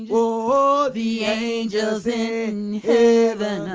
oh, the angels in